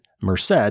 Merced